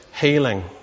healing